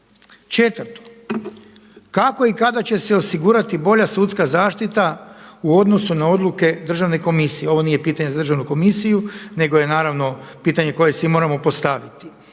Četvrto, kako i kada će se osigurati bolja sudska zaštita u odnosu na odluke Državne komisije? Ovo nije pitanje za Državnu komisije nego je naravno pitanje koje si moramo postaviti.